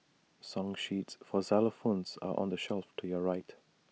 song sheets for xylophones are on the shelf to your right